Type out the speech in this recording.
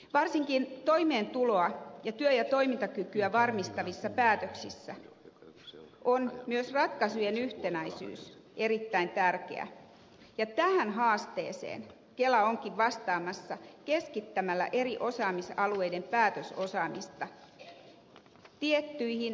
varsinkin toimeentuloa ja työ ja toimintakykyä varmistavissa päätöksissä on myös ratkaisujen yhtenäisyys erittäin tärkeä ja tähän haasteeseen kela onkin vastaamassa keskittämällä eri osaamisalueiden päätösosaamista tiettyihin toimistoihin